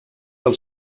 del